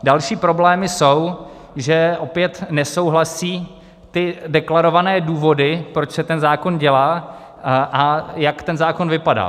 Další problémy jsou, že opět nesouhlasí ty deklarované důvody, proč se ten zákon dělá a jak ten zákon vypadá.